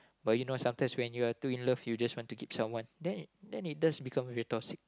but you know sometimes when you are too in love you just want to keep someone then then it does become very toxic